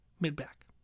mid-back